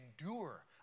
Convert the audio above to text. endure